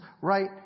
right